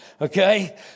okay